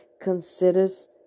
considers